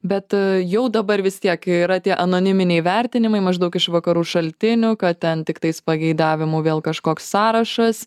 bet jau dabar vis tiek yra tie anoniminiai vertinimai maždaug iš vakarų šaltinių kas ten tiktais pageidavimų vėl kažkoks sąrašas